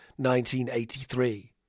1983